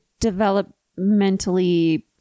developmentally